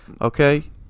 Okay